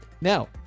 Now